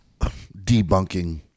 debunking